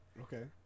Okay